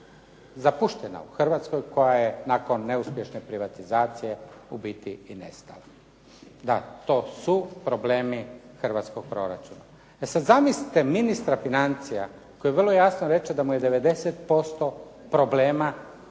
zapuštena u Hrvatskoj, koja je nakon neuspješne privatizacije ubiti i nestala. Da, to su problemi hrvatskog proračuna. E sad zamislite ministra financija koji vrlo jasno reče da mu je 90% problema